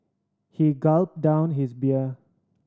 he gulped down his beer